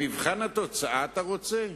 במבחן התוצאה אתה רוצה?